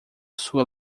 sua